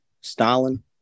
Stalin